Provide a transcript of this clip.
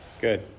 Good